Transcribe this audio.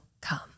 come